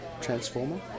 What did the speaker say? Transformer